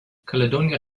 caledonia